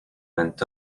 went